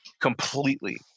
completely